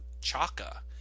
Chaka